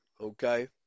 okay